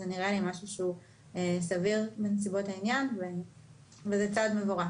זה נראה לי משהו שהוא סביר בנסיבות העניין וזה צעד מבורך.